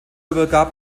übergab